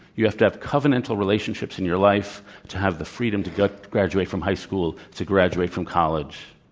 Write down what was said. you have to have covenantal relationships in your life to have the freedom to graduate from high school, to graduate from college.